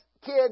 kids